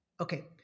Okay